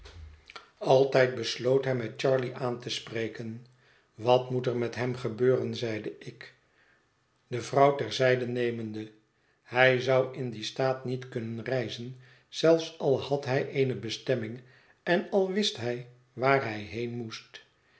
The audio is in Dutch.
altijd besloot hij met charley aan te spreken wat moet er met hem gebeuren zeide ik de vrouw ter zijde nemende hij zou in dien staat niet kunnen reizen zelfs al had hij eene bestemming en al wist hij waar hij heen moest